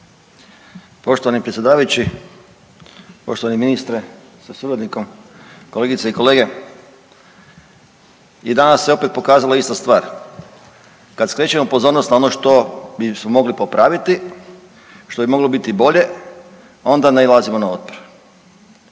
Poštovani predsjedavajući, poštovani ministre sa suradnikom, kolegice i kolege i danas se opet pokazalo ista stvar. Kad skrećemo pozornost na ono što bismo mogli popraviti, što bi moglo biti bolje onda nailazimo na otpor.